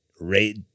rate